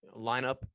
lineup